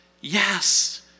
yes